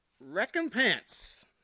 Recompense